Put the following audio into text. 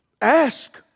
Ask